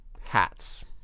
Hats